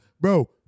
bro-